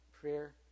prayer